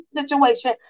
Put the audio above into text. situation